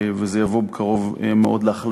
וזה יבוא בקרוב מאוד להחלטתי.